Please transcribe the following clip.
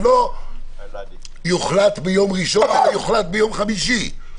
ולא הוחלט ביום ראשון יוחלט ביום חמישי.